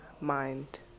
Mind